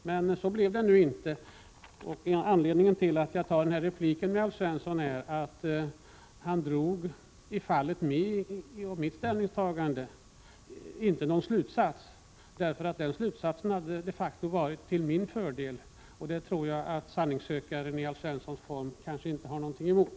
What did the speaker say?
Men så blev det nu inte, och anledningen till att jag tar den här repliken på 47 Alf Svenssons inlägg är att han inte drog någon slutsats av mitt ställningstagande. En sådan slutsats hade varit till min fördel, och det tror jag att sanningssökaren Alf Svensson inte har någonting emot.